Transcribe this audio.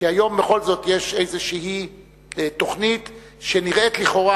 כי היום בכל זאת יש איזו תוכנית שנראית לכאורה,